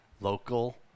local